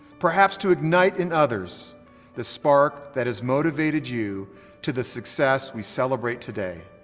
perhaps to ignite in others the spark that has motivated you to the success we celebrate today,